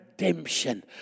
redemption